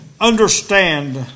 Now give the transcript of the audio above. understand